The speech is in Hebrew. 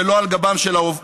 ולא על גבם של העובדים.